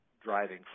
driving